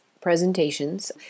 presentations